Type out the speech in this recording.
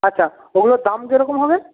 আচ্ছা ওগুলোর দাম কীরকম হবে